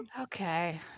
Okay